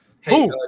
Hey